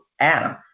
Adam